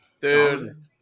dude